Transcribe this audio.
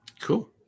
Cool